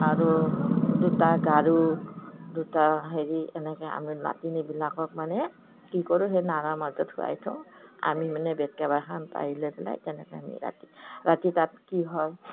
আৰু দুটা গাৰু দুটা হেৰি এনেকৈ আমি নাতিনীবিলাকক মানে কি কৰোঁ সেই নৰাৰ মাজত শুৱাই থওঁ আমি মানে বেড কভাৰ এখন পাৰি লৈ পেলাই তেনেকে আমি ৰাতি ৰাতি তাত কি হয়